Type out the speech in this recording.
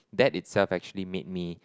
that itself actually made me